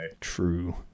True